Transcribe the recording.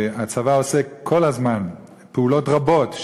הצבא עושה כל הזמן פעולות רבות,